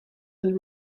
and